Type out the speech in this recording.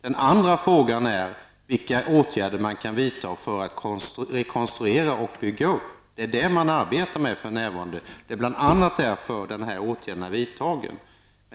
Den andra frågan är vilka åtgärder man kan vidta för att rekonstruera och bygga upp. Detta arbetar man med för närvarande. Det är bl.a. därför den här åtgärden är vidtagen.